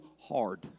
hard